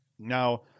Now